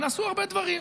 ונעשו הרבה דברים,